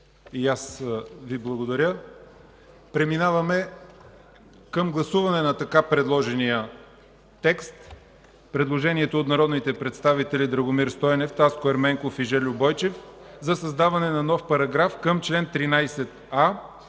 И аз благодаря. Преминаваме към гласуване на предложението на народните представители Драгомир Стойнев, Таско Ерменков и Жельо Бойчев за създаване на нов параграф към чл. 13а.